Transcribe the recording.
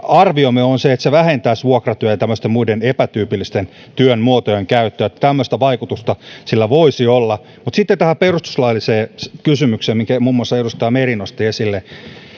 arviomme on että se vähentäisi vuokratyötä ja muiden tämmöisten epätyypillisten työn muotojen käyttöä että tämmöistä vaikutusta sillä voisi olla mutta sitten tähän perustuslailliseen kysymykseen minkä muun muassa edustaja meri nosti esille